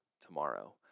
tomorrow